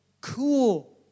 Cool